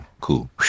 Cool